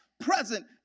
present